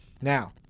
now